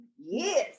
Yes